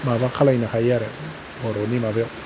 माबा खालामनो हायो आरो बर'नि माबायाव